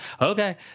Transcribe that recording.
Okay